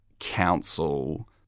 Council